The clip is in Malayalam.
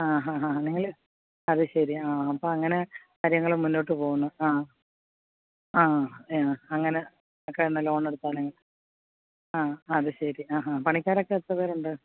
ആ ഹാ ഹാ നിങ്ങൾ അതു ശരി ആ അപ്പം അങ്ങനെ കാര്യങ്ങൾ മുന്നോട്ട് പോകുന്നു ആ ആ അങ്ങനെ ഒക്കെ ആണ് ലോണ് എടുത്താണ് ആ അത് ശരി ആ ആഹാ പണിക്കാരൊക്കെ എത്ര പേരുണ്ട്